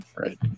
Right